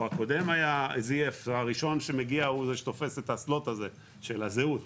או הקודם זייף או הראשון שמגיע הוא זה שתופס את הסלוט הזה של הזהות,